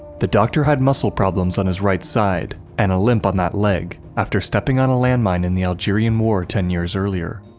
the doctor had muscle problems on his right side and a limp on that leg after stepping on a landmine in the algerian war ten years earlier.